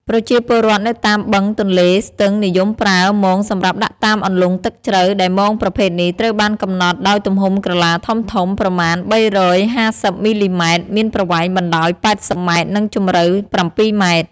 ប្រជាពលរដ្ឋនៅតាមបឹង ទន្លេ ស្ទឹង និយមប្រើ មងសម្រាប់ដាក់តាមអន្លង់ទឹកជ្រៅ ដែលមងប្រភេទនេះត្រូវបានកំណត់ដោយទំហំក្រឡាធំៗ ប្រមាណ ៣៥០ មីលីម៉ែត្រ មានប្រវែងបណ្តោយ ៨០ម៉ែត្រ និងជម្រៅ ៧ម៉ែត្រ។